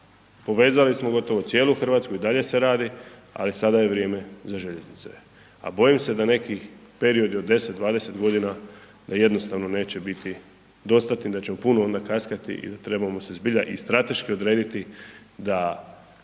povezali smo gotovo cijelu RH i dalje se radi, ali sada je vrijeme za željeznice, a bojim se da nekih periodi od 10, 20.g. da jednostavno neće biti dostatni, da ćemo puno onda kaskati i da trebamo se zbilja i strateški odrediti da